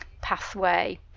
pathway